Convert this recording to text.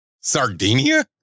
Sardinia